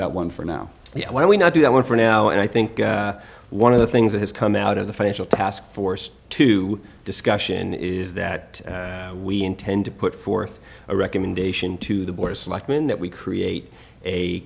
that one for now i will not do that one for now and i think one of the things that has come out of the financial taskforce to discussion is that we intend to put forth a recommendation to the bourse like men that we create a